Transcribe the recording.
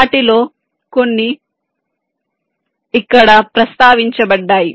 వాటిలో కొన్ని ఇక్కడ ప్రస్తావించబడ్డాయి